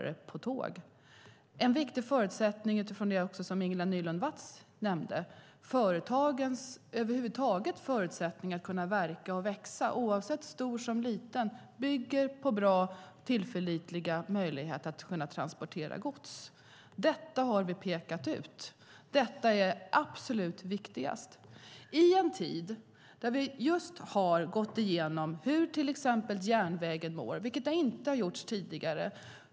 Det som Ingela Nylund Watz nämnde är också viktigt, nämligen att företagens förutsättningar att kunna verka och växa oavsett storlek bygger på bra och tillförlitliga möjligheter att transportera gods. Detta har vi pekat ut. Det är det absolut viktigaste. Vi har just gått igenom hur järnvägen mår. Det har inte gjorts tidigare.